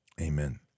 Amen